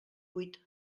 buit